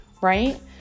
right